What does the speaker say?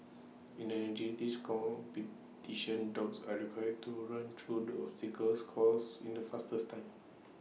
in the agility's competition dogs are required to run through the obstacles course in the fastest time